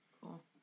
Cool